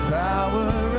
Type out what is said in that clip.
power